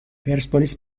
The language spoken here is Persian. پرسپولیس